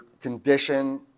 condition